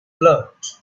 float